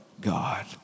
God